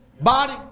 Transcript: body